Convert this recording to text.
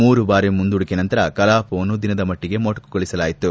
ಮೂರುಬಾರಿ ಮುಂದೂಡಿಕೆ ನಂತರ ಕಲಾಪವನ್ನು ದಿನದ ಮಟ್ಟಿಗೆ ಮೊಟುಕಗೊಳಿಸಲಾಯಿತು